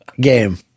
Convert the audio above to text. game